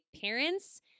parents